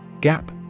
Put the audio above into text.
Gap